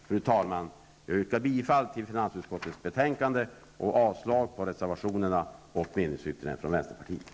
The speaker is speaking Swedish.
Fru talman! Jag yrkar bifall till hemställan i finansutskottets betänkande och avslag på reservationerna och meningsyttringen från vänsterpartiet.